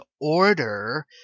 order